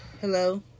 Hello